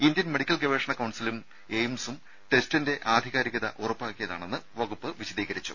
Indian medical ഗവേഷണ കൌൺസിലും എയിംസും ടെസ്റ്റിന്റെ ആധികാരികത ഉറപ്പാക്കിയതാണെന്ന് വകുപ്പ് വിശദീകരിച്ചു